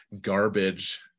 garbage